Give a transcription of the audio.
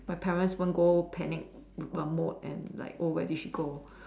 my parents won't go panic err mode and like oh where did she go